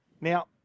Now